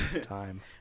Time